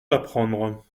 l’apprendre